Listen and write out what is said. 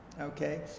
okay